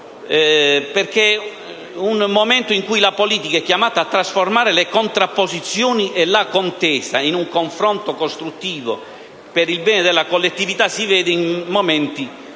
perché in momenti come questo la politica è chiamata a trasformare le contrapposizioni e la contesa in un confronto costruttivo, per il bene della collettività. Siamo in piena